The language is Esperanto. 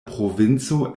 provinco